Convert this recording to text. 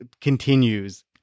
continues